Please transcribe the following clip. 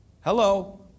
Hello